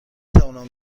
توانم